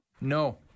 No